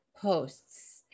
posts